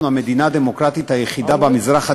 המדינה הדמוקרטית היחידה במזרח התיכון,